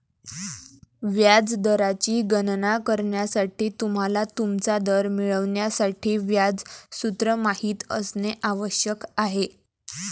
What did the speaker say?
व्याज दराची गणना करण्यासाठी, तुम्हाला तुमचा दर मिळवण्यासाठी व्याज सूत्र माहित असणे आवश्यक आहे